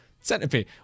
Centipede